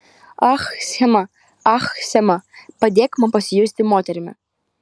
ach schema ach schema padėk man pasijusti moterimi